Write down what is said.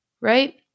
right